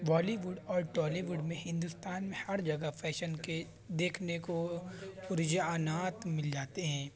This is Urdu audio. والی ووڈ اور ٹالی ووڈ میں ہندوستان میں ہر جگہ فیشن کے دیکھنے کو رجعانات مل جاتے ہیں